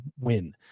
win